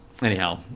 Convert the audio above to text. Anyhow